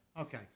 Okay